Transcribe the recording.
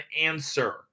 answer